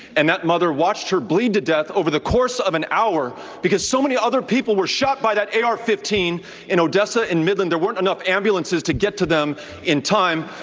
and that mother watched her bleed to death over the course of an hour because so many other people were shot by that ar fifteen in odessa and midland there weren't enough ambulances to get to them in time.